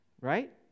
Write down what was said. right